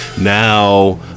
Now